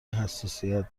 حساسیت